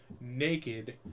naked